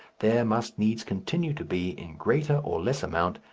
there must needs continue to be, in greater or less amount,